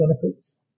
benefits